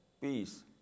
peace